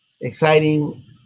exciting